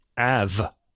av